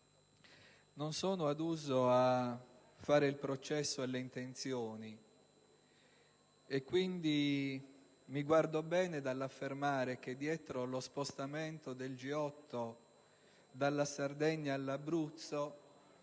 non sono aduso a fare il processo alle intenzioni e, quindi, mi guardo bene dall'affermare che dietro lo spostamento del G8 dalla Sardegna all'Abruzzo